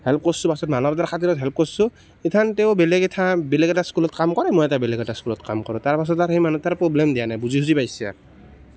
help কৰিছোঁ পাছত মানৱতাৰ খাতিৰত হেল্প কৰছোঁ এথান তেওঁ বেলেগ এটা স্কুলত কাম কৰে মই এটা বেলেগ এটা স্কুলত কাম কৰোঁ তাৰপাছত আৰু সেই মানুহটোৱে প্ৰব্লেম দিয়া নাই বুজি চুজি পাইছে আৰু